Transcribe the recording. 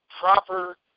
proper